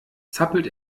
zappelt